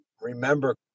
remember